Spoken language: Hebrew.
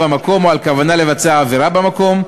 במקום או על כוונה לבצע עבירה במקום,